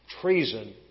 treason